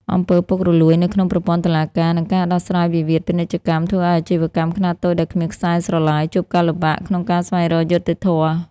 អំពើពុករលួយ នៅក្នុងប្រព័ន្ធតុលាការ និងការដោះស្រាយវិវាទពាណិជ្ជកម្ម ធ្វើឱ្យអាជីវកម្មខ្នាតតូចដែលគ្មានខ្សែស្រឡាយជួបការលំបាកក្នុងការស្វែងរកយុត្តិធម៌។